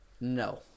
No